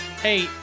Hey